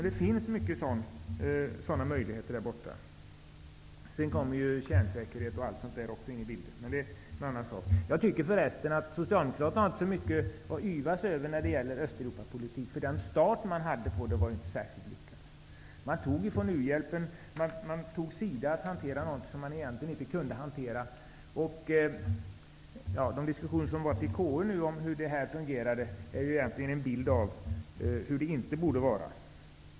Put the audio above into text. Det finns många sådana möjligheter där borta. Sedan kommer också kärnsäkerhet och annat in i bilden, men det är en annan fråga. Jag tycker inte att Socialdemokraterna har så mycket att yvas sig över när det gäller Östeuropapolitiken, eftersom starten av den inte var särskilt lyckad. Man valde att låta SIDA hantera något som de inte kunde hantera. De diskussioner som nu har förts i KU om hur detta fungerade ger egentligen en bild av hur det inte borde vara.